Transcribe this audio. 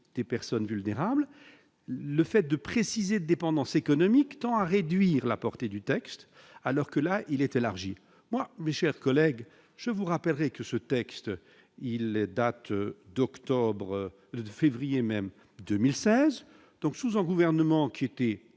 des personnes vulnérables, le fait de préciser dépendance économique tend à réduire la portée du texte, alors que là, il était l'argile, moi, mes chers collègues, je vous rappellerai que ce texte il date d'octobre, le 2 février même 2016 donc sous en gouvernement qui était